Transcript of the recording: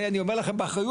זה אני אומר לכם באחריות.